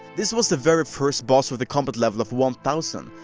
this was the very first boss with a combat level of one thousand.